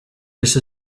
just